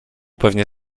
pewnie